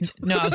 No